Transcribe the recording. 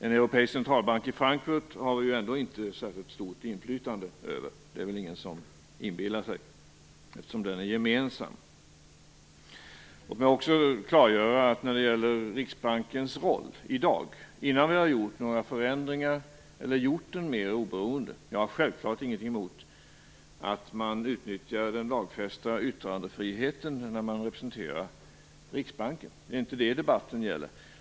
En europeisk centralbank i Frankfurt har vi ändå inte särskilt stort inflytande över, eftersom den är gemensam. Det är det väl ingen som inbillar sig. Låt mig också klargöra följande när det gäller Riksbankens roll i dag, innan vi har gjort några förändringar eller innan vi gjort den mer oberoende. Jag har självfallet ingenting emot att man utnyttjar den lagfästa yttrandefriheten när man representerar Riksbanken. Det är inte det debatten gäller.